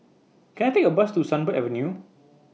Can I Take A Bus to Sunbird Avenue